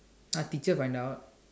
ah teacher find out